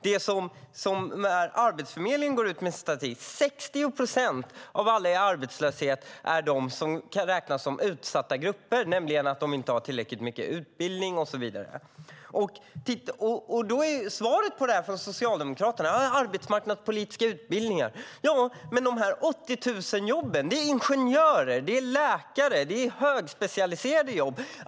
I Arbetsförmedlingens statistik kan vi se att 60 procent av alla i arbetslöshet är sådana som kan räknas till utsatta grupper, alltså att de inte har tillräckligt mycket utbildning och så vidare. Svaret på det från Socialdemokraterna är arbetsmarknadspolitiska utbildningar. Ja, men de 80 000 jobben handlar om ingenjörer, läkare och andra högspecialiserade jobb.